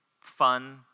fun